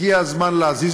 הגיע הזמן להזיז,